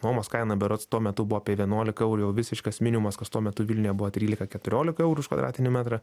nuomos kaina berods tuo metu buvo apie vienuolika eurų jau visiškas minimumas kas tuo metu vilniuje buvo trylika keturiolika eurų už kvadratinį metrą